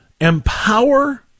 empower